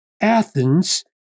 Athens